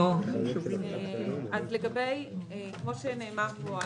כפי שנאמר פה,